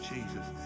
Jesus